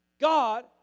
God